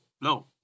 No